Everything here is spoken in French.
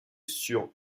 sur